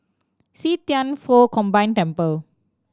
See Thian Foh Combined Temple